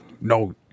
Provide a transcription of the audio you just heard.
No